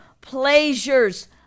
pleasures